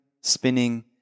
spinning